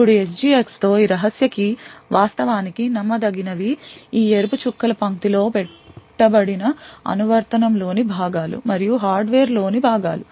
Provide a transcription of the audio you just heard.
ఇప్పుడు SGX తో ఈ రహస్య keyకి వాస్తవానికి నమ్మదగినవి ఈ ఎరుపు చుక్కల పంక్తి లో పెట్టబడిన అనువర్తనం లోని భాగాలు మరియు హార్డ్వేర్లోని భాగాలు